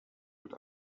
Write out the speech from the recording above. mit